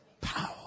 power